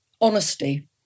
honesty